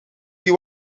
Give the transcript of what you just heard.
die